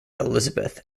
elizabeth